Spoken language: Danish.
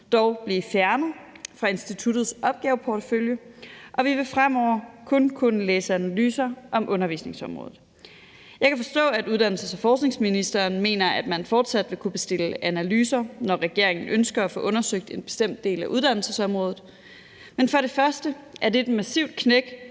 dog blive fjernet fra instituttets opgaveportefølje, og vi vil fremover kun kunne læse analyser om undervisningsområdet. Jeg kan forstå, at uddannelses- og forskningsministeren mener, at man fortsat vil kunne bestille analyser, når regeringen ønsker at få undersøgt en bestemt del af uddannelsesområdet. Men for det første er det et massivt knæk